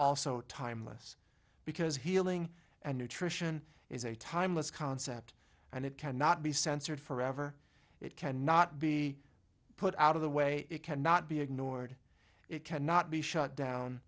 also timeless because healing and nutrition is a timeless concept and it cannot be censored forever it cannot be put out of the way it cannot be ignored it cannot be shut down